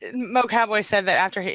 and mocowboy said that after.